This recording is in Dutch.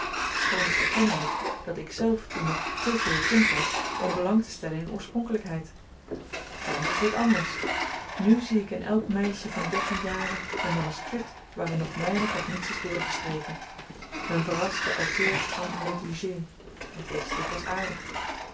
schoon ik erkennen moet dat ikzelf toen nog te veel kind was om belang te stellen in oorspronkelykheid thans is dit anders nu zie ik in elk meisje van dertien jaren een manuskript waarin nog weinig of niets is doorgestreken men verrast den auteur en négligé en dit is dikwyls aardig